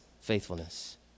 faithfulness